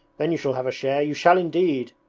then you shall have a share, you shall indeed